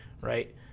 Right